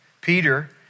Peter